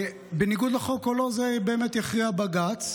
בניגוד לחוק או לא, את זה באמת יכריע בג"ץ.